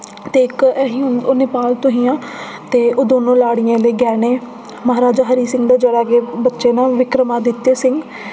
ते इक ऐ ही ओ ओह् नेपाल तूं हियां ते ओह् दोनों लाड़ियें दे गैह्ने महाराजा हरि सिंह दा जेह्ड़ा के बच्चे न विक्रमादित्य सिंह